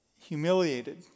humiliated